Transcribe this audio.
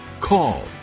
call